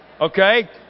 Okay